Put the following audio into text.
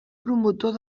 promotor